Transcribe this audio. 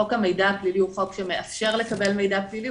חוק המידע הפלילי הוא חוק שמאפשר לקבל מידע פלילי,